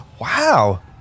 wow